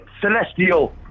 Celestial